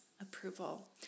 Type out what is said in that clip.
approval